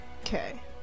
Okay